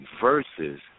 versus